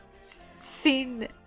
seen